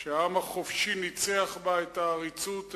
החופשי ניצח בה את העריצות,